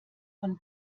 von